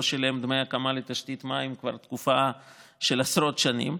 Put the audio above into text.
שילם דמי הקמה לתשתית מים כבר תקופה של עשרות שנים,